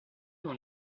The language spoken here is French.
dans